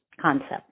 concept